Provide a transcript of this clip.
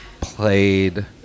played